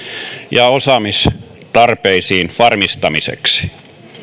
ja osaamistarpeisiin vastaamisen varmistamiseksi